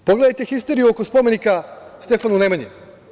Pogledajte histeriju oko spomenika Stefanu Nemanji.